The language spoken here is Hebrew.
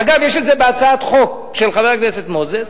אגב, יש את זה בהצעת חוק של חבר הכנסת מוזס,